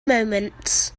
moments